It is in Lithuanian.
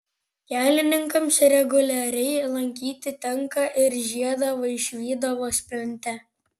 kelininkams reguliariai lankyti tenka ir žiedą vaišvydavos plente